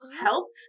helped